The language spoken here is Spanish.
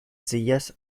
sillas